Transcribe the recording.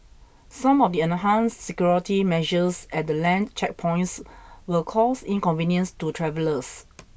some of the enhanced security measures at the land checkpoints will cause inconvenience to travellers